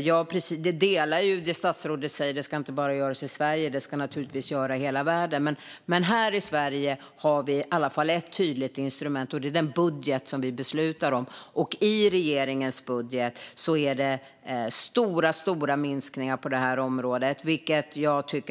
Jag instämmer i det statsrådet säger om att det inte bara ska göras i Sverige utan i hela världen. Men här i Sverige har vi i alla fall ett tydligt instrument. Det är den budget som vi beslutar om. I regeringens budget är det stora minskningar på det området. Då tycker